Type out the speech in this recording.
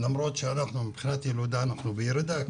למרות שמבחינת הילודה אנחנו בירידה,